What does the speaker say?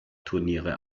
turniere